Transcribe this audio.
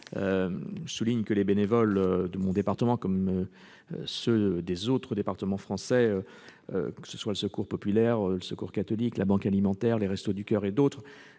Je souligne que les bénévoles de mon département, comme ceux des autres départements français, que ce soient ceux du Secours populaire, du Secours catholique, de la Banque alimentaire, des Restos du coeur, pour